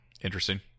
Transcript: interesting